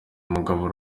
umugabo